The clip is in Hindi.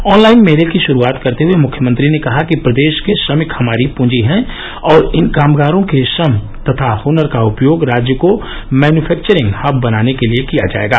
ऑनलाइन मेले की शुरुआत करते हए मुख्यमंत्री ने कहा कि प्रदेश के श्रमिक हमारी पूंजी हैं और इन कामगारों के श्रम तथा हनर का उपयोग राज्य को मैन्यफैक्चरिंग हब बनाने के लिए किया जाएगा